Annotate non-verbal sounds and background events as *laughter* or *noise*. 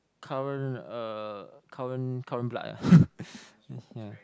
current uh current current blood ah *laughs* yeah